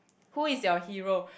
who is your hero